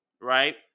right